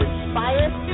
inspired